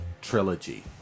trilogy